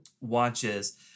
watches